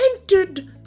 entered